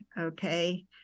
okay